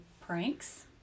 pranks